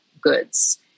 goods